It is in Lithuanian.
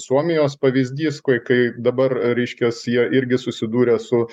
suomijos pavyzdys kai dabar reiškias jie irgi susidūrė su